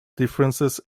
differences